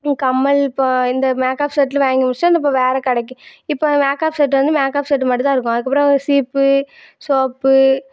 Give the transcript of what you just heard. கம்மல் இப்போ இந்த மேக்ஆப் செட்லாம் வாங்கி முடிச்சுட்டு இப்போ வேறு கடைக்கு இப்போ மேக்ஆப் செட்டு வந்து மேக்ஆப் செட்டு மட்டும் தான் இருக்கும் அதுக்கு அப்புறம் வந்து சீப்பு சோப்பு